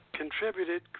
contributed